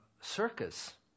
circus